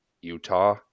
Utah